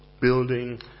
building